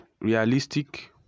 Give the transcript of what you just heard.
realistic